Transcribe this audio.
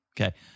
Okay